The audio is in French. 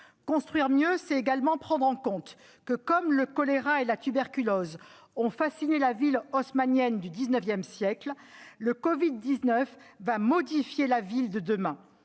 Construire mieux, c'est également prendre en compte que, à l'instar du choléra et de la tuberculose, qui ont façonné la ville haussmannienne du XIXsiècle, le Covid-19 va modifier la ville de demain.